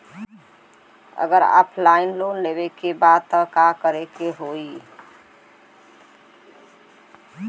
अगर offline loan लेवे के बा त का करे के होयी?